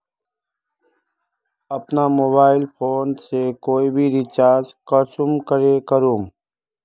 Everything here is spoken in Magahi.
अपना मोबाईल फोन से कोई भी रिचार्ज कुंसम करे करूम?